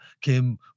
came